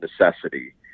necessity